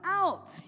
out